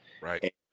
Right